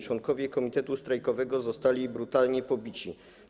Członkowie komitetu strajkowego zostali brutalnie pobici.